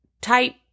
type